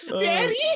Daddy